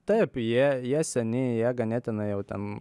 taip jie jie seni jie ganėtinai jau ten